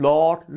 Lord